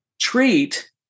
treat